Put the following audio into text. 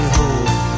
hold